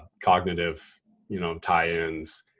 cognitive you know tie-ins,